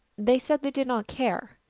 they said they did not care.